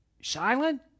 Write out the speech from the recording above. silent